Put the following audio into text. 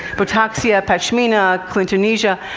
botoxia, pashmina, khlintunisia,